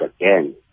again